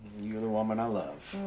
you're the woman i love.